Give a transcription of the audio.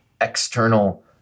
external